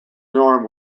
norm